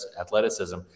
athleticism